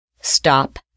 stop